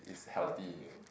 healthy eh